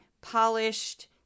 polished